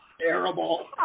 terrible